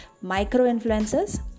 micro-influencers